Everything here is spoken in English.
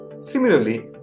Similarly